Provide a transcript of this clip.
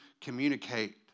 communicate